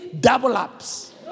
double-ups